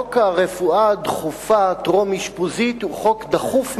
חוק הרפואה הדחופה הטרום-אשפוזית הוא חוק דחוף מאוד.